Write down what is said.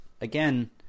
again